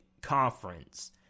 conference